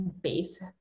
base